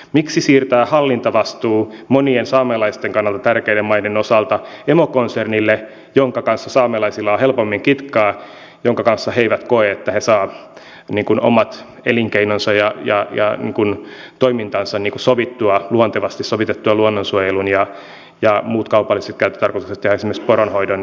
miksi siirtää hallintavastuu monien saamelaisten kannalta tärkeiden maiden osalta emokonsernille jonka kanssa saamelaisilla on helpommin kitkaa jonka kanssa he eivät koe että he saavat omat elinkeinonsa ja toimintansa sovittua luontevasti sovitettua luonnonsuojelun ja muut kaupalliset käyttötarkoitukset esimerkiksi poronhoidon yhteen